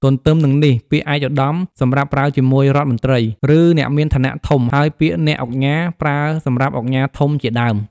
ទទ្ទឹមនឹងនេះ ពាក្យឯកឧត្តម សម្រាប់ប្រើជាមួយរដ្ឋមន្ត្រី ឬអ្នកមានឋានៈធំ ហើយពាក្យ អ្នកឧកញ៉ា ប្រើសម្រាប់ឧកញ៉ាធំជាដើម។